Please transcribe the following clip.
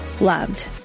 loved